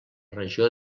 regió